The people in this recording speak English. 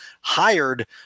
hired